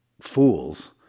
fools